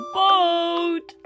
boat